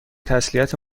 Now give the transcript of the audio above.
تسلیت